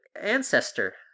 ancestor